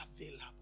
available